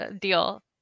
deal